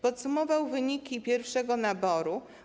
Podsumował wyniki pierwszego naboru.